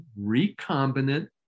recombinant